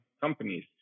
companies